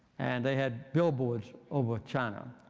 and they had billboards over china,